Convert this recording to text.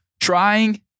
trying